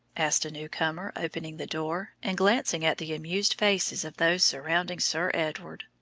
asked a new-comer, opening the door and glancing at the amused faces of those surrounding sir edward,